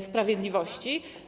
Sprawiedliwości.